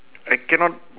I cannot